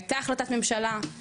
הייתה החלטת ממשלה,